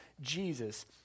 Jesus